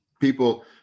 People